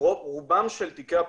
רובם של תיקי הפרקליטות,